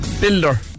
builder